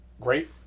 great